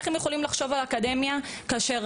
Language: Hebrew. איך הם יכולים לחשוב על אקדמיה כאשר